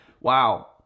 wow